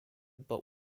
but